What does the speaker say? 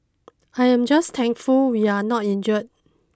I am just thankful we are not injured